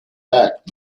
back